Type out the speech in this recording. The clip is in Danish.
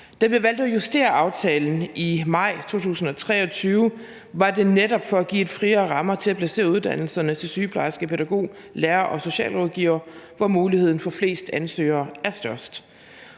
Da vi valgte at justere aftalen i maj 2023, var det netop for at give friere rammer til at placere uddannelserne til sygeplejerske, pædagog, lærer og socialrådgiver, hvor muligheden for flest ansøgere er størst.